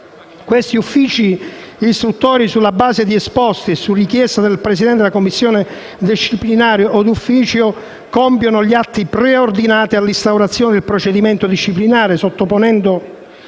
Questi uffici istruttori, sulla base di esposti e su richiesta del Presidente della commissione disciplinare o d'ufficio, compiono gli atti preordinati all'instaurazione del procedimento disciplinare, sottoponendo